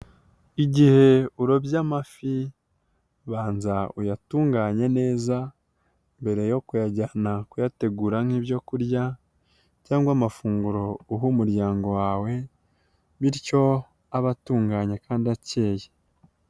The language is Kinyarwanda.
Igihe urobye amafi banza uyatunganye neza, mbere yo kuyajyana kuyategura nk'ibyokurya cyangwa amafunguro uha umuryango wawe bityo abe atunganye kandi akeye.